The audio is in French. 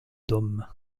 dom